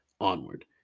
onward